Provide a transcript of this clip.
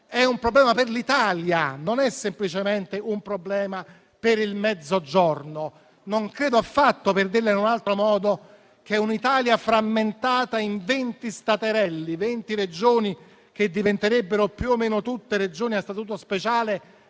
un problema per l'Italia e non semplicemente per il Mezzogiorno. Non credo affatto - per dirla in un altro modo - che un'Italia frammentata in venti staterelli, venti Regioni che diventerebbero più o meno tutte a Statuto speciale,